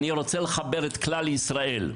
אני רוצה לחבר את כלל ישראל,